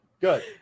Good